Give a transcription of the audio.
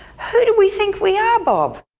who do we think we are, bob?